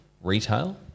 Retail